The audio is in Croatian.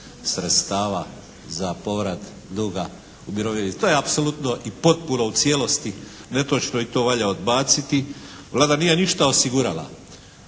sredstava za povrat duga umirovljenicima. To je apsolutno i potpuno u cijelosti netočno i to valja odbaciti. Vlada nije ništa osigurala.